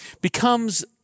becomes